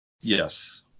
Yes